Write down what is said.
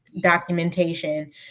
documentation